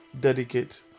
dedicate